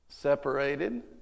Separated